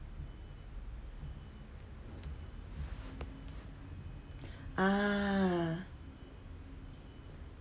ah